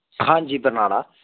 ਹਾਂਜੀ ਬਰਨਾਲਾ